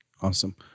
Awesome